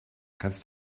kannst